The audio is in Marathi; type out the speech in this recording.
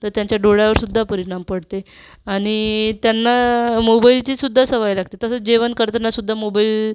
तर त्यांच्या डोळ्यावर सुद्धा परिणाम पडते आणि त्यांना मोबाइलची सुद्धा सवय लागते तसेच जेवण करताना सुद्धा मोबाइल